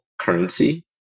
currency